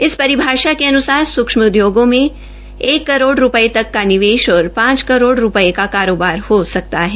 इस परिभाषा के अन्सार सूक्ष्म उद्योगों में एक करोड़ रूपये तक का निवेश और पांच करोड़ रूपये का कारोबार हो सकता है